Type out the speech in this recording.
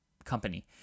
Company